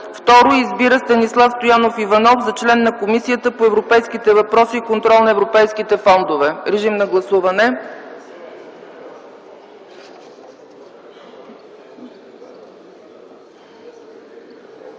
2. Избира Станислав Стоянов Иванов за член на Комисията по европейските въпроси и контрол на европейските фондове”. Режим на гласуване.